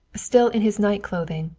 still in his night clothing,